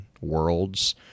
worlds